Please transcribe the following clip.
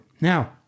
Now